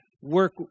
work